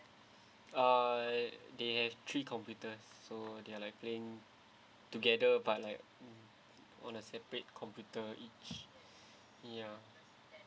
uh they have three computers so they are like playing together but like on a separate computer each ya